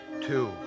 two